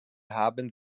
haben